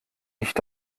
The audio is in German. nicht